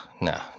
no